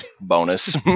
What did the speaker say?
bonus